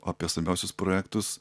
apie svarbiausius projektus